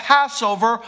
Passover